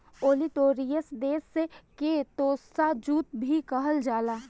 olitorius देव के tossa jute भी कहल जाला